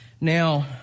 Now